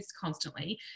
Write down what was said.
constantly